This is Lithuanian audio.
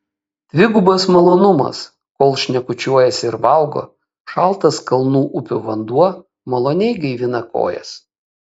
dvigubas malonumas kol šnekučiuojasi ir valgo šaltas kalnų upių vanduo maloniai gaivina kojas